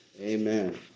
amen